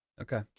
Okay